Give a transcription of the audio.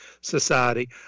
society